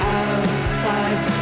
outside